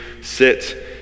sit